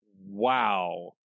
Wow